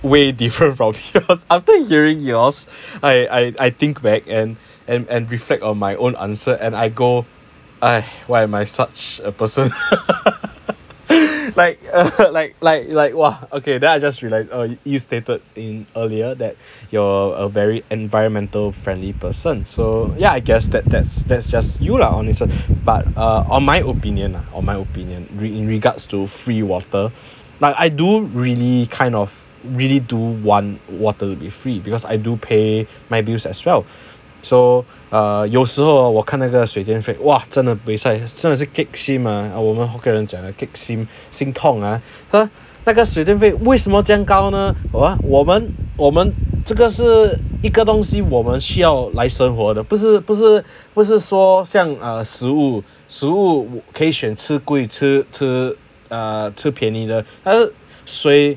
way different from yours after hearing yours I I think back and and and reflect on my own answer and I go I why am I such a person like like like like !wah! okay then I just relax or you stated in earlier that you're a very environmental friendly person so yeah I guess that's that's that's just you lah honestly but uh on my opinion on my opinion with in regards to free water like I do really kind of really do want water to be free because I do pay my bills as well so err 有时候我看那个水电费 !wah! 真的 buay sai 真的是 kek sim uh uh 我们 hokkien 人讲的 kek sim 心痛 ah 那个水电费为什么这样高 ah !wah! 我们我们这个是一个东西我们需要来生活的不是不是不是说像 ah 食物食物可以选吃贵的吃便宜的水